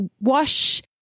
wash